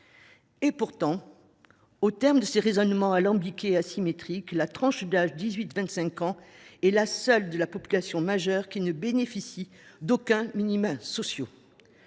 Pourtant, au terme de raisonnements alambiqués et asymétriques, la tranche d’âge 18 25 ans est la seule de la population majeure qui ne bénéficie d’aucun minimum social.